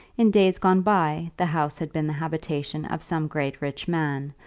in days gone by the house had been the habitation of some great rich man,